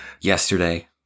yesterday